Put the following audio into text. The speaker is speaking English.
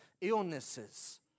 illnesses